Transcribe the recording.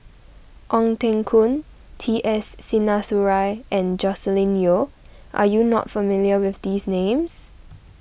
Ong Teng Koon T S Sinnathuray and Joscelin Yeo are you not familiar with these names